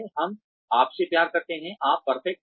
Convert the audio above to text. हम आपसे प्यार करते हैं आप परफेक्ट हैं